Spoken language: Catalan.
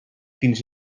fins